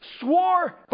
swore